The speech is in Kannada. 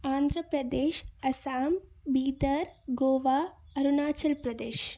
ಆಂಧ್ರ ಪ್ರದೇಶ ಅಸ್ಸಾಮ್ ಬೀದರ್ ಗೋವಾ ಅರುಣಾಚಲ ಪ್ರದೇಶ